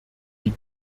die